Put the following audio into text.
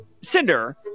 cinder